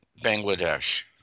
Bangladesh